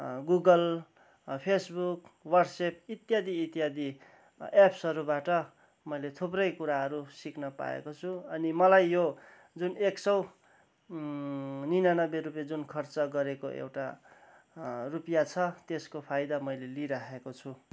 Google Facebook WhatsApp इत्यादि इत्यादि एप्सहरूबाट मैले थुप्रै कुराहरू सिक्न पाएको छु अनि मलाई यो जुन एक सय निनानब्बे रुपियाँ जुन खर्च गरेको एउटा रुपियाँ छ त्यसको फाइदा मैले लिइराखेको छु